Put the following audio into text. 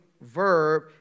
verb